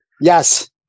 Yes